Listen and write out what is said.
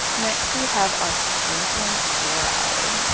next we have our strontium chloride.